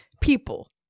people